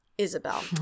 Isabel